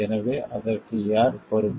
எனவே அதற்கு யார் பொறுப்பு